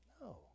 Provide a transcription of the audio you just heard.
No